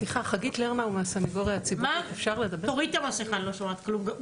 מידע, אפילו מהשבוע האחרון,